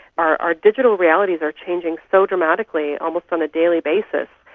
our our digital realities are changing so dramatically, almost on a daily basis,